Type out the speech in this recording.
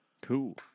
Cool